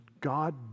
God